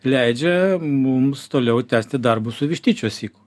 leidžia mums toliau tęsti darbus su vištyčio syku